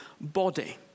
body